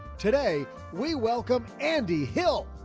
today, we welcome andy hill.